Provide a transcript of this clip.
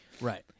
Right